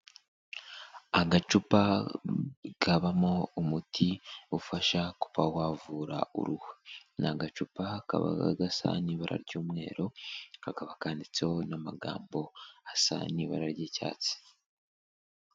Agacupa kabamo umuti ufasha kuba wavura uruhu, ni agacupa kabaga gasa n'ibara ry'umweru kakaba kanditseho n'amagambo asa n'ibara ry'icyatsi.